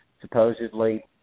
supposedly